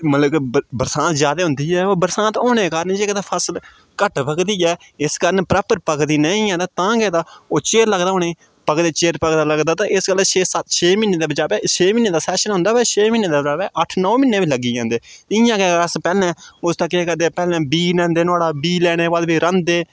मतलब कि बरसांत जादा होंदी ऐ ते बरसांत होने कारण जेह्के तां फसल घट्ट पकदी ऐ इस कारण प्रॉपर पकदी नेईं ऐ तां गै तां ओह् चिर लगदा उ'नें ई पकदे चिर पकदा लगदा ते इस गल्ला छेऽ सत्त छेऽ म्हीनें बचाव ऐ छेऽ म्हीनें दा सेशन आंदा ते छेऽ म्हीनें दे अलावा अट्ठ नौ म्हीनें बी लग्गी जन्दे इ'यां गै अस पैह्लें उसदा केह् करदे पैह्लें बीऽ लैंदे नुहाड़ा बीऽ लैने दे बाद फिर राह्ंदे